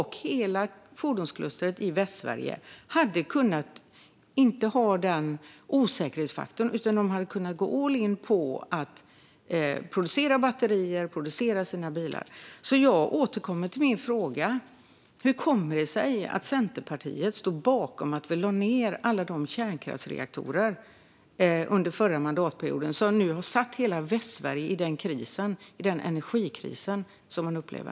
Hela fordonsklustret i Västsverige hade sluppit den osäkerhetsfaktorn och hade kunnat gå all-in på att producera batterier och sina bilar. Jag återkommer till min fråga. Hur kommer det sig att Centerpartiet stod bakom att lägga ned alla de kärnkraftsreaktorerna under förra mandatperioden, vilket nu har försatt hela Västsverige i den energikris som man upplever?